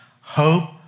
hope